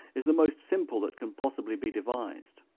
is the most simple that can possibly be devised.